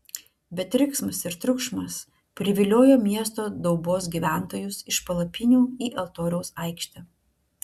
bet riksmas ir triukšmas priviliojo miesto daubos gyventojus iš palapinių į altoriaus aikštę